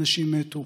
אנשים מתו.